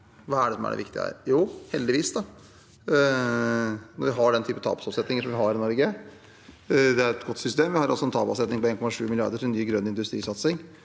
Hva er det som er det viktige her? Jo, heldigvis, når vi har den type tapsavsetninger vi har i Norge, har vi et godt system. Vi har en tapsavsetning på 1,7 mrd. kr til ny grønn industrisatsing